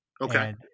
Okay